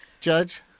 Judge